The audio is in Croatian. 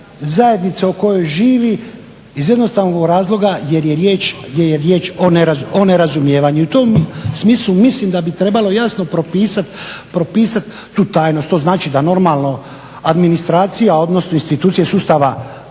zajednice u kojoj živi iz jednostavnog razloga jer je riječ, gdje je riječ o nerazumijevanju. U tom smislu mislim da bi trebalo jasno propisati tu tajnost. To znači da normalno administracija, odnosno institucije sustava